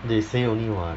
they say only [what]